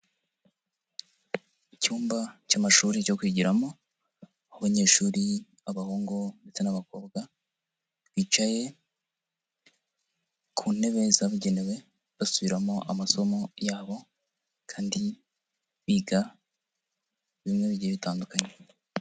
Icyumba cy'amashuri cyo kwigiramo abanyeshuri b'abahungu ndetse n'abakobwa bicaye ku ntebe zabugenewe basubiramo amasomo yabo kandi biga ibintu bigiye bitandukanye.